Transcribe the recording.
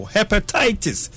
Hepatitis